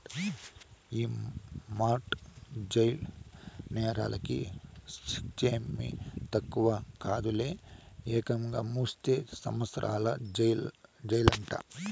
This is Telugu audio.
ఈ మార్ట్ గేజ్ నేరాలకి శిచ్చేమీ తక్కువ కాదులే, ఏకంగా ముప్పై సంవత్సరాల జెయిలంట